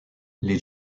les